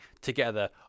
Together